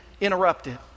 interrupted